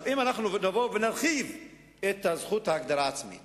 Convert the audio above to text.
אם אנחנו נבוא ונרחיב את זכות ההגנה העצמית